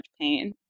pain